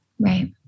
Right